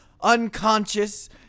unconscious